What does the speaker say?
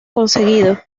conseguido